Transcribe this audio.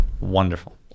Wonderful